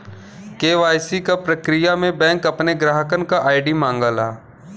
KYC क प्रक्रिया में बैंक अपने ग्राहकन क आई.डी मांगला